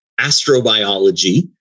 astrobiology